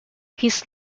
his